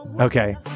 Okay